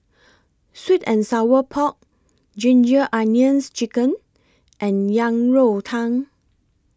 Sweet and Sour Pork Ginger Onions Chicken and Yang Rou Tang